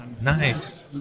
Nice